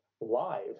live